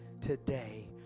today